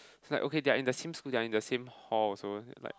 so like okay they're in the same school they're in the same hall also like